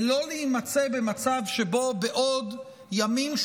ולא להימצא במצב שבו בעוד ימים,